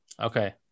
Okay